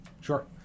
Sure